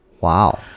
Wow